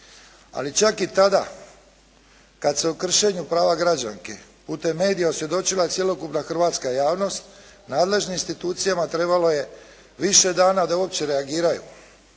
Ali čak i tada kad se u kršenju prava građanski putem medija osvjedočila cjelokupna hrvatska javnost nadležnim institucijama trebalo je više dana da uopće reagiraju.